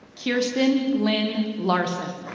kiersten lynn larson.